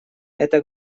эта